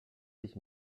sich